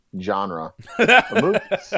genre